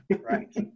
right